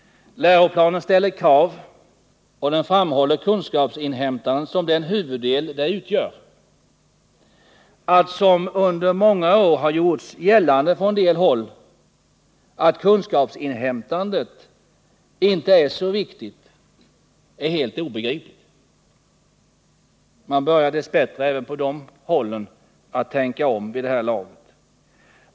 Läroplanen ställer krav, och den framhåller kunskapsinhämtandet som den huvuddel det utgör. Att, som under många år har gjorts gällande på en del håll, kunskapsinhämtandet inte skulle vara så viktigt är helt obegripligt. Man börjar dess bättre även på dessa håll att tänka om vid det här laget.